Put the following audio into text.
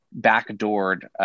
backdoored